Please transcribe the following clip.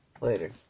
Later